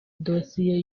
dosiye